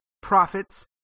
Profits